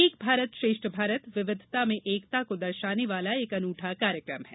एक भारत श्रेष्ठ भारत विविधता मेंएकता को दर्शाने वाला एक अनूठा कार्यक्रम है